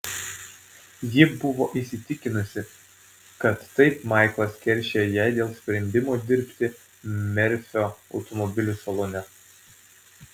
ji buvo įsitikinusi kad taip maiklas keršija jai dėl sprendimo dirbti merfio automobilių salone